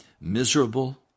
miserable